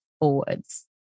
forwards